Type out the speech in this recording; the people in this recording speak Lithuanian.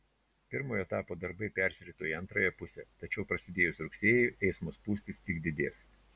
pirmojo etapo darbai persirito į antrąją pusę tačiau prasidėjus rugsėjui eismo spūstys tik didės